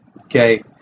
okay